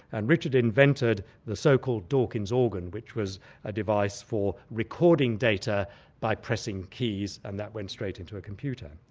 and richard invented the so-called dawkins organ, which was a device for recording data by pressing keys and that went straight into a computer.